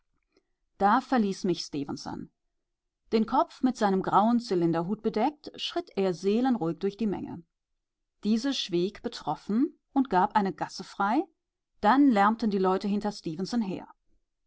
da verließ mich stefenson den kopf mit seinem grauen zylinderhut bedeckt schritt er seelenruhig durch die menge diese schwieg betroffen und gab eine gasse frei dann lärmten die leute hinter